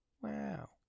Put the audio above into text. Wow